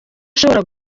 ushobora